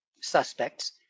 suspects